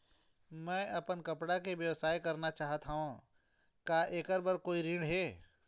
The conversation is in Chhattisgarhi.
मैं अपन कपड़ा के व्यवसाय करना चाहत हावे का ऐकर बर कोई ऋण हे?